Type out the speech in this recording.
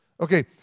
Okay